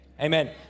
Amen